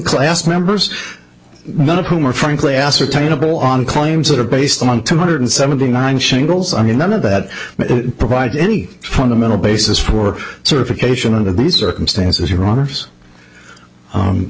class members none of whom are frankly ascertainable on claims that are based on two hundred seventy nine shingles i mean none of that provide any fundamental basis for certification under these circumstances here on ars